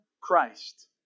Christ